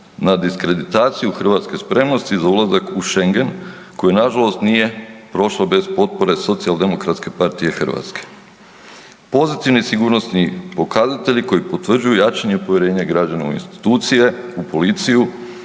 na diskreditaciju hrvatske spremnosti za ulazak u Schengen koji nažalost nije prošao bez potpore Socijaldemokratske partije Hrvatske. Pozitivni sigurnosni pokazatelji koji potvrđuju jačanje povjerenja građana u institucije, u policiju,